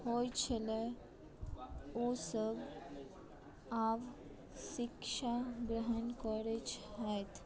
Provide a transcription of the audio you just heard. होइ छलै ओ सभ अखन शिक्षा ग्रहण करै छथि